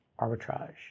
arbitrage